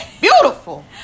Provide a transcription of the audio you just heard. Beautiful